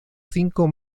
cinco